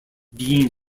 being